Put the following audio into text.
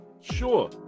Sure